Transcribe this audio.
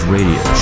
Radio